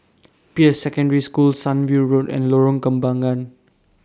Peirce Secondary School Sunview Road and Lorong Kembangan